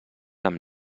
amb